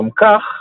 משום כך